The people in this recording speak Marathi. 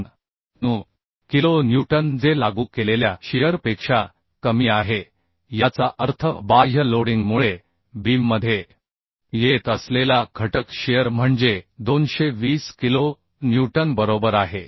9 किलो न्यूटन जे लागू केलेल्या शिअर पेक्षा कमी आहे याचा अर्थ बाह्य लोडिंगमुळे बीममध्ये येत असलेला घटक शिअर म्हणजे 220 किलो न्यूटन बरोबर आहे